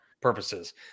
purposes